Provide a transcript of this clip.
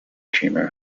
dreamer